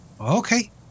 Okay